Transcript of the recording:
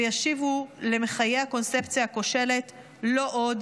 וישיבו למחיי הקונספציה הכושלת: לא עוד,